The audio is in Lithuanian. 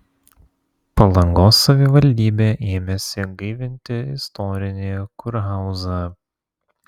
palangos savivaldybė ėmėsi gaivinti istorinį kurhauzą